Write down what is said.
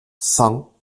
cent